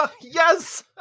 Yes